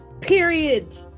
period